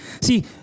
See